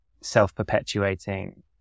self-perpetuating